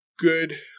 Good